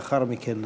ולאחר מכן נצביע.